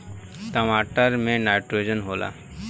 टमाटर मे नाइट्रोजन होला?